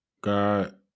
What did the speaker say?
God